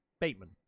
Bateman